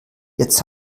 jetzt